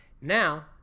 now